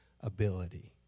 ability